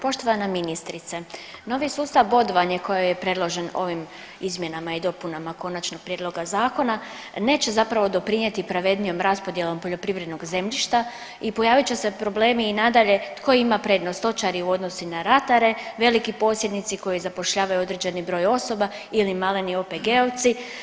Poštovana ministrice, novi sustav bodovanja koji je predložen ovim izmjenama i dopunama konačnog prijedloga zakona neće zapravo doprinijeti pravednijom raspodjelom poljoprivrednog zemljišta i pojavit će se problemi i nadalje tko ima problem stočari u odnosu na ratare, veliki posjednici koji zapošljavaju određeni broj osoba ili maleni OPG-ovci.